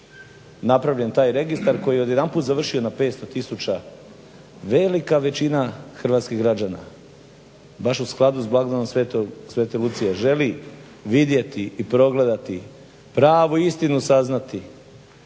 napravljen taj registar koji je odjedanput završio na 500 tisuća. Velika većina hrvatskih građana baš u skladu s blagdanom svete Lucije želi vidjeti i progledati, pravu istinu saznati,